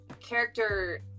character